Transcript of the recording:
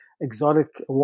exotic